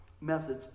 message